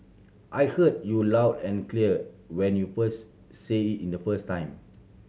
I heard you loud and clear when you first said it in the first time